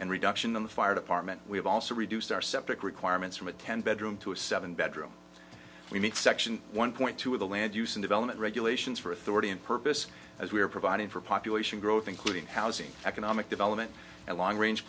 and reduction in the fire department we have also reduced our septic requirements from a ten bedroom to a seven bedroom we need section one point two of the land use in development regulations for authority and purpose as we are providing for population growth including housing economic development and long range